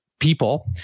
people